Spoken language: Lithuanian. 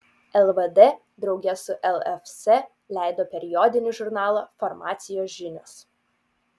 lvd drauge su lfs leido periodinį žurnalą farmacijos žinios